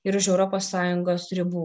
ir už europos sąjungos ribų